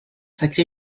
sacré